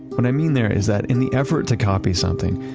what i mean there is that in the effort to copy something,